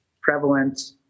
prevalent